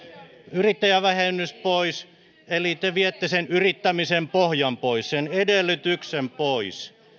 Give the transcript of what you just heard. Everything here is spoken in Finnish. yrittäjävähennys pois eli te viette sen yrittämisen pohjan pois sen edellytyksen pois